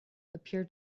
appeared